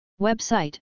Website